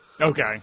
Okay